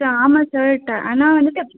sir ஆமாம் sir ட ஆனால் வந்துட்டு